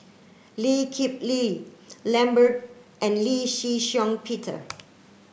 Lee Kip Lee Lambert and Lee Shih Shiong Peter